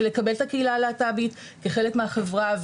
של לקבל את הקהילה הלהט"בית כחלק מהחברה,